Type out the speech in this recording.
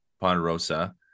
ponderosa